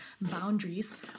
boundaries